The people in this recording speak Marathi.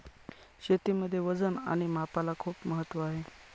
शेतीमध्ये वजन आणि मापाला खूप महत्त्व आहे